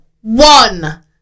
one